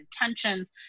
intentions